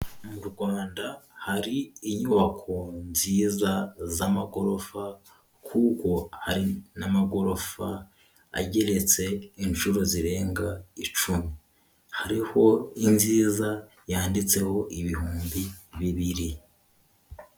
Mu Rwanda hari inyubako nziza z'amagorofa kuko hari n'amagorofa ageretse inshuro zirenga icumi hariho inziza yanditseho ibihumbi bibiri.